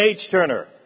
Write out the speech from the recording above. H-turner